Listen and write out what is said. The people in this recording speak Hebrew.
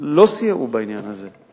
לא סייעו בעניין הזה,